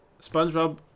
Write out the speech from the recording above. Spongebob